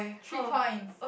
three points